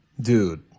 dude